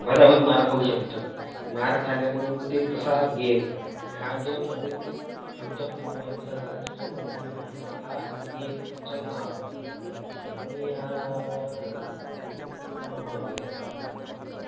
भदाभद मार खाऊ शकतं मार खाण्यात मग ते तसा गेम आहे आणि हा गेम आम्ही खूप आमच्याकडे खूप फेमस आहे याला चुचूर मेंडा हा गेमचं नाव आहे आणि हा खूप मला खूप आवडत होता